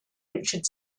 richard